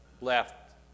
left